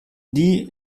die